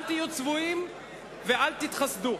אל תהיו צבועים ואל תתחסדו.